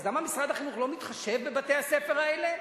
למה משרד החינוך לא מתחשב בבתי-הספר האלה?